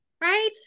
Right